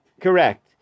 Correct